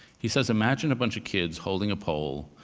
he says, imagine a bunch of kids holding a pole.